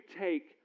take